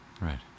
Right